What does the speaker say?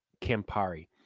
Campari